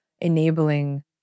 enabling